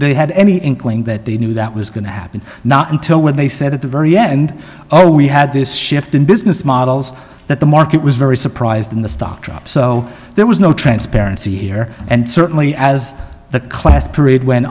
they had any inkling that they knew that was going to happen not until when they said at the very end oh we had this shift in business models that the market was very surprised in the stock drop so there was no transparency here and certainly as the class period went